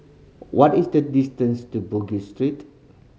what is the distance to Bugis Street